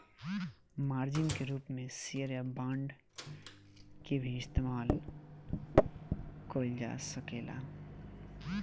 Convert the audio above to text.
margin के रूप में शेयर या बांड के भी इस्तमाल कईल जा सकेला